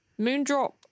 Moondrop